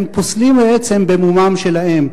הם פוסלים בעצם במומם שלהם.